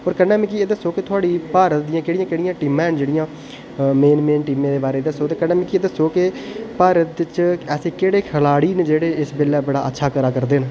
पर कन्नै मिगी एह् दस्सो कि थुहाढ़ी भारत दियां केह्ड़ियां केह्ड़ियां टीमां न जेह्ड़ियां मेन मेन टीमें दे बारे च दस्सो ते कन्नै मिगी दस्सो के भारत च ऐसे केह्ड़े खलाड़ी न जेह्ड़े इस बेल्लै बड़ा अच्छा करै करदे न